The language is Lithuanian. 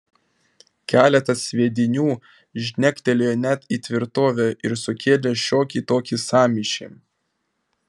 keletas sviedinių žnegtelėjo net į tvirtovę ir sukėlė šiokį tokį sąmyšį